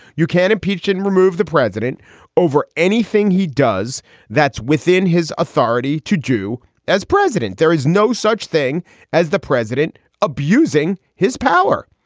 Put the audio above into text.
you can't impeach and remove the president over anything he does that's within his authority to do as president. there is no such thing as the president abusing his power.